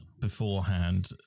beforehand